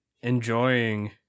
enjoying